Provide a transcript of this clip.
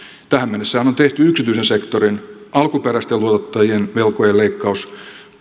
tähän mennessähän on tehty yksityisen sektorin alkuperäisten luotottajien velkojen leikkaus